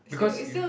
because